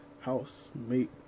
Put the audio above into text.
housemate